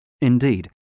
Indeed